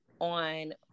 on